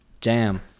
Jam